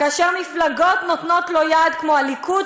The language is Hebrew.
כאשר נותנות לו יד מפלגות כמו הליכוד,